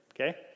Okay